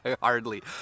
hardly